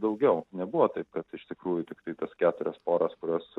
daugiau nebuvo taip kad iš tikrųjų tiktai tas keturias poras kurios